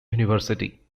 university